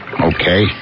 Okay